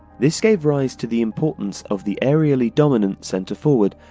this gave rise to the importance of the aerially dominant centre-forward,